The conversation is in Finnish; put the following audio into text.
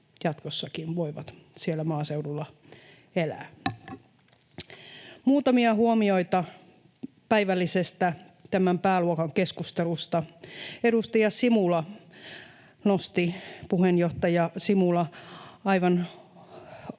jatkossakin voivat siellä maaseudulla elää. Muutamia huomioita päivällisestä tämän pääluokan keskustelusta. Edustaja Simula nosti, puheenjohtaja Simula, aivan